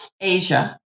Asia